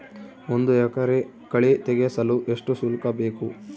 ಒಂದು ಎಕರೆ ಕಳೆ ತೆಗೆಸಲು ಎಷ್ಟು ಶುಲ್ಕ ಬೇಕು?